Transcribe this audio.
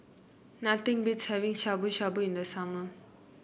nothing beats having Shabu Shabu in the summer